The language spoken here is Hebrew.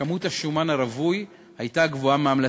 כמות השומן הרווי הייתה גבוהה מההמלצה.